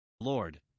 Lord